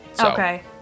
Okay